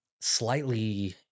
slightly